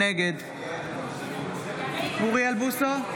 נגד אוריאל בוסו,